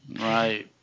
Right